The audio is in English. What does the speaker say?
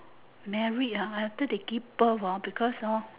married ah after they give birth hor because hor